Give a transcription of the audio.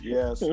Yes